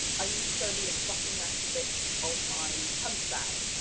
i need to go and be a fucking ratty bitch on my punch bag,